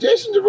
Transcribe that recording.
Jason